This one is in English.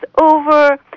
over